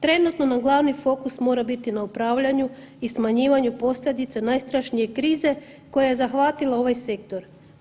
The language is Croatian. Trenutno nam glavni fokus mora biti na upravljanju i smanjivanju posljedica najstrašnije krize koja je zahvatila ovaj sektor.